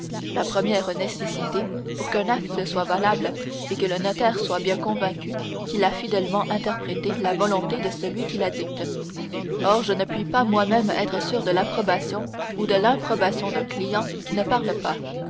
la première nécessité pour qu'un acte soit valable est que le notaire soit bien convaincu qu'il a fidèlement interprété la volonté de celui qui la dicte or je ne puis pas moi-même être sûr de l'approbation ou de l'improbation d'un client qui ne parle pas